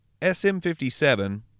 SM57